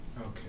Okay